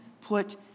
put